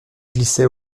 glissait